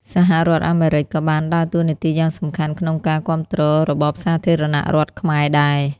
សហរដ្ឋអាមេរិក ក៏បានដើរតួនាទីយ៉ាងសំខាន់ក្នុងការគាំទ្ររបបសាធារណរដ្ឋខ្មែរដែរ។